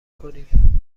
کنیم